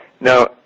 Now